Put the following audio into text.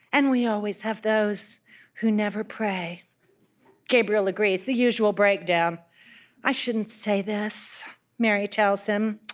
and we always have those who never pray gabriel agrees. the usual breakdown i shouldn't say this mary tells him,